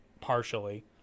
partially